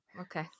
Okay